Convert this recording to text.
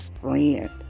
friend